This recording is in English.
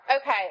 Okay